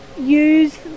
use